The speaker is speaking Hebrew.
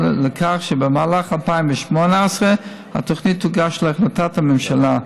לכך שבמהלך 2018 התוכנית תוגש להחלטת הממשלה.